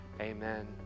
Amen